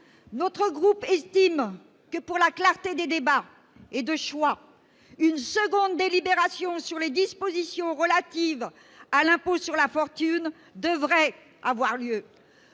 notre groupe estime que, pour la clarté des débats et des choix, une seconde délibération sur les dispositions relatives à l'impôt sur la fortune devrait avoir lieu.